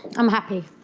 i'm happy.